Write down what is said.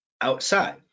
outside